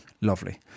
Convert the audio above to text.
Lovely